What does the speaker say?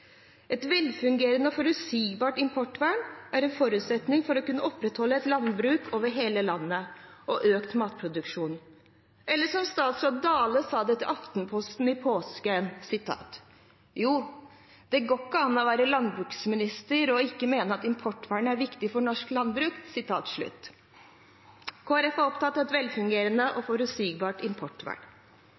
Et velfungerende og forutsigbart importvern er en forutsetning for å kunne opprettholde et landbruk over hele landet og øke matproduksjonen. Eller som statsråd Dale sa det til Aftenposten i påsken: «Jo, det går ikke an å være landbruksminister og ikke mene at importvernet er viktig for norsk landbruk.» Kristelig Folkeparti er opptatt av et velfungerende og forutsigbart importvern.